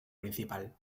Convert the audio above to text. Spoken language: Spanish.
principal